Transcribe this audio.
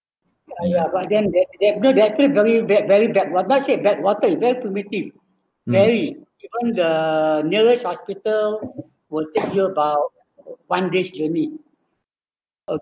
!aiya! but then that they build that thing very bad very bad not say bad water it's very primitive very even the nearest hospital will take you about one day journey